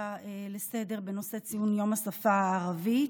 לסדר-היום בנושא ציון יום השפה הערבית.